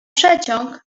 przeciąg